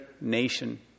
nation